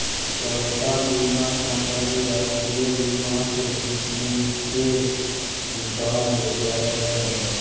सबटा बीमा कंपनी राष्ट्रीय बीमाक नीच्चेँ काज करय छै